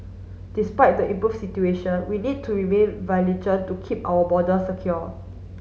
despite the improve situation we need to remain to keep our border secure